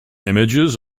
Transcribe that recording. images